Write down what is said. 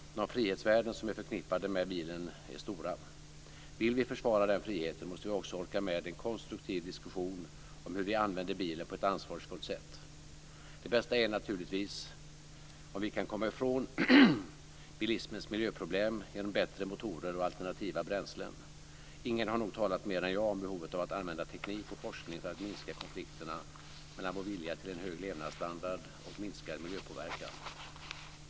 De frihetsvärden som är förknippade med bilen är stora. Vill vi försvara den friheten måste vi också orka med en konstruktiv diskussion om hur vi använder bilen på ett ansvarsfullt sätt. Det bästa är naturligtvis om vi kan komma ifrån bilismens miljöproblem genom bättre motorer och alternativa bränslen. Ingen har nog talat mer än jag om behovet av att använda teknik och forskning för att minska konflikterna mellan vår vilja till en hög levnadsstandard och minskad miljöpåverkan.